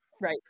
Right